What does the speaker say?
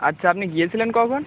আচ্ছা আপনি গিয়েছিলেন কখন